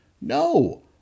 No